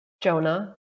Jonah